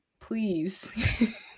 please